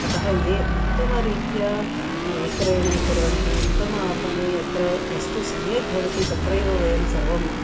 अतः ये उत्तमरीत्या विक्रयणं कुर्वन्ति उत्तम आपणे यत्र वस्तु सम्यक् भवति तत्रैव वयं सर्वं